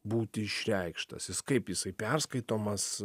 būti išreikštas jis kaip jisai perskaitomas